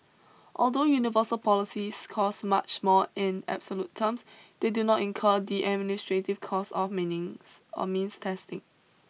although universal policies cost much more in absolute terms they do not incur the administrative costs of meanings of means testing